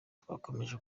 twakomeje